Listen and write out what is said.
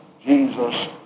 Jesus